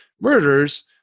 murders